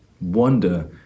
wonder